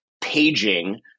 paging